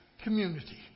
community